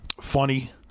Funny